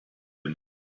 them